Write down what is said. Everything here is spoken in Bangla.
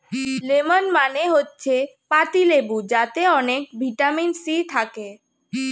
লেমন মানে হচ্ছে পাতিলেবু যাতে অনেক ভিটামিন সি থাকে